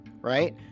right